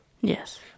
yes